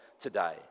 today